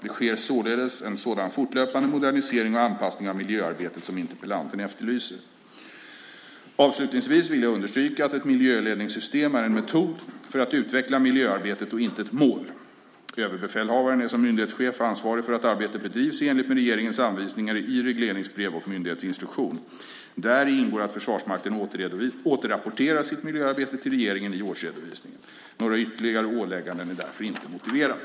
Det sker således en sådan fortlöpande modernisering och anpassning av miljöarbetet som interpellanten efterlyser. Avslutningsvis vill jag understryka att ett miljöledningssystem är en metod för att utveckla miljöarbetet och inte ett mål. Överbefälhavaren är som myndighetschef ansvarig för att arbetet bedrivs i enlighet med regeringens anvisningar i regleringsbrev och myndighetsinstruktion. Däri ingår att Försvarsmakten återrapporterar sitt miljöarbete till regeringen i årsredovisningen. Några ytterligare ålägganden är därför inte motiverade.